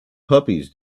puppies